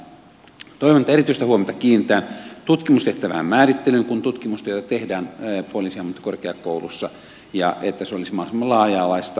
toivon että erityistä huomiota kiinnitetään tutkimustehtävän määrittelyyn kun tutkimustyötä tehdään poliisiammattikorkeakoulussa ja että se olisi mahdollisimman laaja alaista